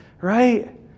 Right